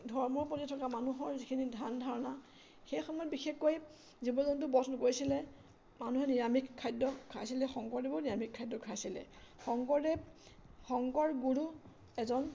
ধৰ্মৰ প্ৰতি থকা মানুহৰ যিখিনি ধ্যান ধাৰণা সেই সময়ত বিশেষকৈ জীৱ জন্তু বধ নকৰিছিলে মানুহে নিৰামিষ খাদ্য খাইছিলে শংকৰদেৱৰ নিৰামিষ খাদ্য খাইছিলে শংকৰদেৱ শংকৰ গুৰু এজন